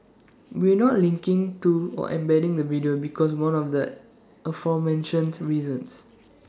we're not linking to or embedding the video because more of the aforementioned reasons